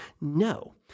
No